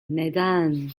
neden